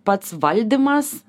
pats valdymas